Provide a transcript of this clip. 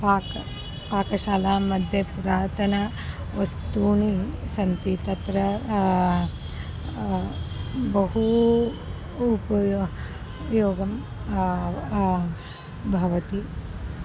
पाकः पाकशालामध्ये पुरातनवस्तूनि सन्ति तत्र बहु उपयोगः योगं भवति